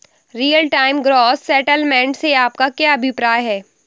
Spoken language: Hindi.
रियल टाइम ग्रॉस सेटलमेंट से आपका क्या अभिप्राय है?